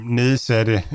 nedsatte